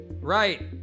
right